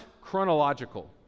chronological